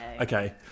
Okay